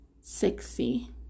sexy